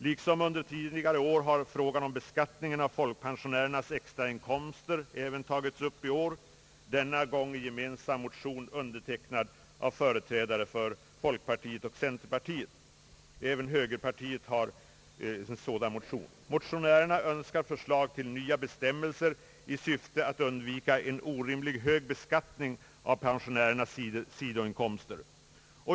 Liksom under tidigare år har frågan om beskattningen av folkpensionärernas extrainkomster även tagits upp i år, denna gång i gemensam motion, undertecknad av företrädare för folkpartiet och centerpartiet. Motionärerna önskar förslag till nya bestämmelser i syfte att undvika en orimligt hög beskattning av pensionärernas sidoinkomster.